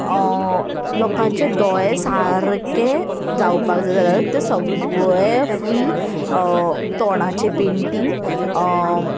लोकांचे दोळे सारकें जावपाक जाय जाल्यार ते सगळें फूल तोंडाचें पेंटींग